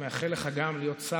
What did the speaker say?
אני מאחל גם לך להיות שר,